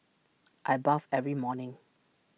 I bathe every morning